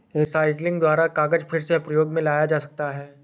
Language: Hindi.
रीसाइक्लिंग द्वारा कागज फिर से प्रयोग मे लाया जा सकता है